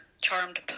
charmed